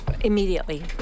immediately